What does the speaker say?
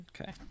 Okay